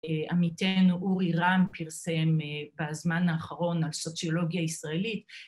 ‫עמיתנו אורי רם פרסם ‫בזמן האחרון על סוציולוגיה ישראלית.